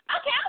Okay